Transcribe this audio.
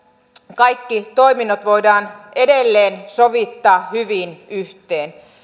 kaikki toiminnot voidaan edelleen sovittaa hyvin yhteen